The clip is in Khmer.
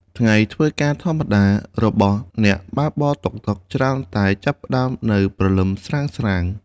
ថ្ងៃធ្វើការធម្មតារបស់អ្នកបើកបរតុកតុក ច្រើនតែចាប់ផ្តើមនៅព្រលឹមស្រាងៗ។